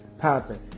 popping